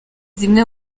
zimwe